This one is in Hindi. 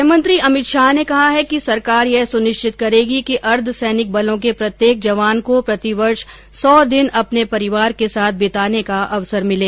गृहमंत्री अमित शाह ने कहा है कि सरकार यह सुनिश्चित करेगी कि अर्दसैनिक बलों के प्रत्येक जवान को प्रतिवर्ष सौ दिन अपने परिवार के साथ बिताने का अवसर मिले